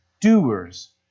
doers